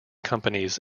companies